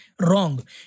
wrong